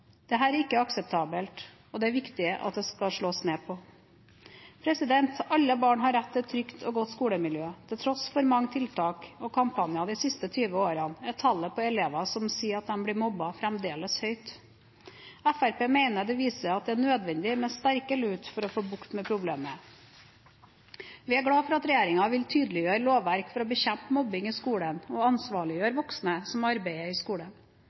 er ikke akseptabelt, og det er viktig at det slås ned på. Alle barn har rett til et trygt og godt skolemiljø. Til tross for mange tiltak og kampanjer de siste 20 årene er tallet på elever som sier at de blir mobbet, fremdeles høyt. Fremskrittspartiet mener dette viser at det er nødvendig med sterkere lut for å få bukt med problemet. Vi er glad for at regjeringen vil tydeliggjøre lovverk for å bekjempe mobbing i skolen og ansvarliggjøre voksne som arbeider i skolen.